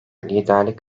liderlik